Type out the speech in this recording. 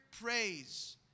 praise